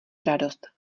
radost